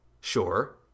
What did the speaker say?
Sure